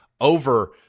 over